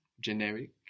generic